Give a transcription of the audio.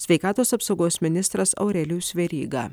sveikatos apsaugos ministras aurelijus veryga